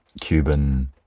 Cuban